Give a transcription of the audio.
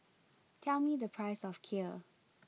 tell me the price of Kheer